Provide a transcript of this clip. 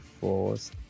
force